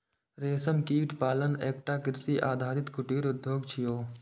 रेशम कीट पालन एकटा कृषि आधारित कुटीर उद्योग छियै